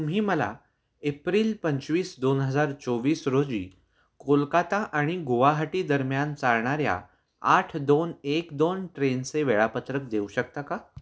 तुम्ही मला एप्रिल पंचवीस दोन हजार चोवीस रोजी कोलकाता आणि गुवाहाटी दरम्यान चालणाऱ्या आठ दोन एक दोन ट्रेनचे वेळापत्रक देऊ शकता का